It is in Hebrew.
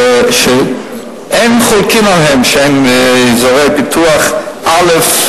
שאין חולקין שהם אזורי פיתוח א',